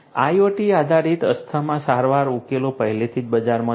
IOT આધારિત અસ્થમા સારવાર ઉકેલો પહેલેથી જ બજારમાં છે